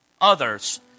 others